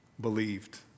believed